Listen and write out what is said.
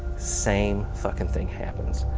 same fucking thing happens.